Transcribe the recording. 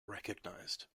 recognized